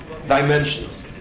dimensions